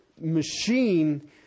machine